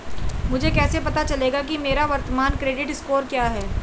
मुझे कैसे पता चलेगा कि मेरा वर्तमान क्रेडिट स्कोर क्या है?